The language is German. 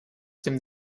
den